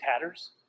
tatters